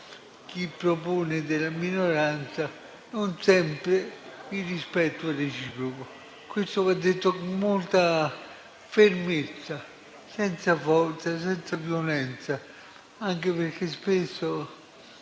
chi propone. Non sempre il rispetto è reciproco. Questo va detto con molta fermezza, senza forza, senza violenza, anche perché spesso